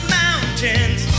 mountains